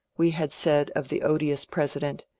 we had said of the odious president,